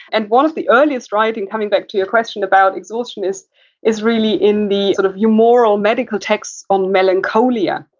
and, one of the earliest writing coming back to your question about exhaustion is is really in the sort of humoral medical text on melancholia.